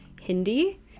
Hindi